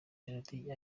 melodie